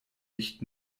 nicht